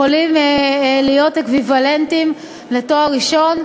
יכולים להיות אקוויוולנטיים לתואר ראשון,